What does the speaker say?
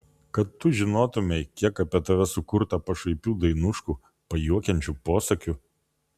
kad tu žinotumei kiek apie tave sukurta pašaipių dainuškų pajuokiančių posakių